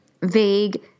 vague